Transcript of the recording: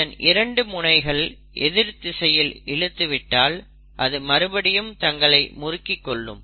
இதன் இரண்டு முனைகளை எதிர் திசையில் இழுத்து விட்டால் அதை மறுபடியும் தங்களை முறுக்கிக் கொள்ளும்